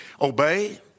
Obey